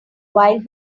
while